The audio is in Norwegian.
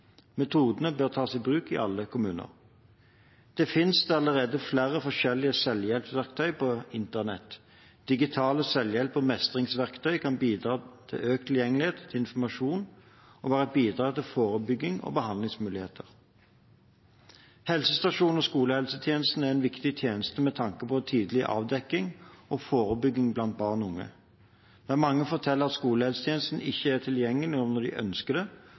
Metodene bør tas i bruk i alle kommuner. Det finnes allerede flere forskjellige selvhjelpsverktøy på internett. Digitale selvhjelps- og mestringsverktøy kan bidra til økt tilgjengelighet til informasjon og være et bidrag til forebygging og behandlingsmuligheter. Helsestasjons- og skolehelsetjenesten er en viktig tjeneste med tanke på tidlig avdekking og forebygging blant barn og unge. Mange forteller at skolehelsetjenesten ikke er tilgjengelig når de ønsker det,